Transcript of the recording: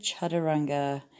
chaturanga